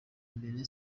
imbere